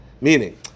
meaning